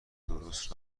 درست